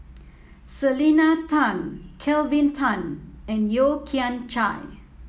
Selena Tan Kelvin Tan and Yeo Kian Chye